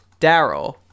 Daryl